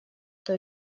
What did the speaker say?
что